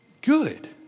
good